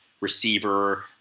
receiver